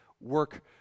work